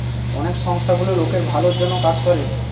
অনেক সংস্থা গুলো লোকের ভালোর জন্য কাজ করে